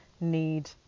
need